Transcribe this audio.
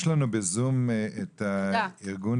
יש לנו בזום את עו"ד דקלה מאיר מארגון